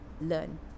learn